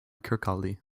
kirkcaldy